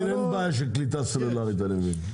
במודיעין אין בעיה של קליטה סלולרית, אני מבין.